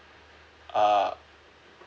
ah